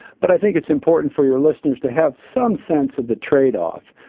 but i think it's important for your listeners to have some sense of the trade-off.